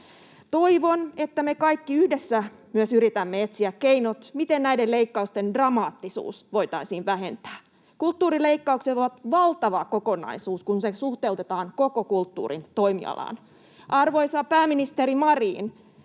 Toivon, että me kaikki yhdessä myös yritämme etsiä keinot, miten näiden leikkausten dramaattisuutta voitaisiin vähentää. Kulttuurin leikkaukset ovat valtava kokonaisuus, kun se suhteutetaan koko kulttuurin toimialaan. Arvoisa pääministeri Marin,